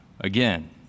again